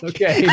Okay